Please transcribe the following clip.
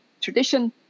tradition